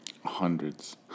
Hundreds